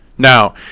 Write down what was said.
Now